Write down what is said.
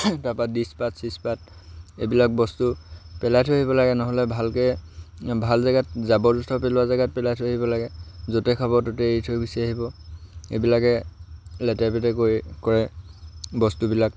তাৰপৰা ডিছপাত চিজপাত এইবিলাক বস্তু পেলাই থৈ আহিব লাগে নহ'লে ভালকৈ ভাল জেগাত জাবৰ জোঁথৰ পেলোৱা জেগাত পেলাই থৈ আহিব লাগে য'তে খাব ত'তে এৰি থৈ গুচি আহিব এইবিলাকে লেতেৰা পেতেৰা কৰি কৰে বস্তুবিলাক